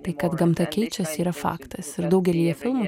tai kad gamta keičiasi yra faktas ir daugelyje filmų